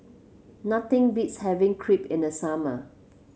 nothing beats having Crepe in the summer